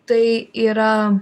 tai yra